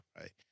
Right